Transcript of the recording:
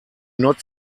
not